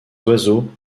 oiseaux